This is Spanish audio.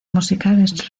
musicales